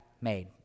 made